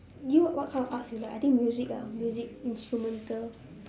you what kind of arts you like I think music ah music instrumental